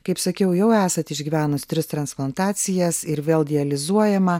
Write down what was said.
kaip sakiau jau esat išgyvenus tris transplantacijas ir vėl dializuojama